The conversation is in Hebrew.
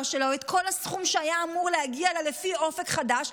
שלה או את כל הסכום שהיה אמור להגיע אליה לפי אופק חדש,